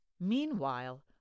Meanwhile